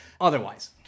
otherwise